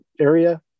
area